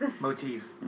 motif